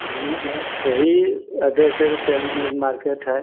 ठीक है यही एड्रेस दे देते हैं ना मेन मार्केट है